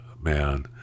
man